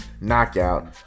Knockout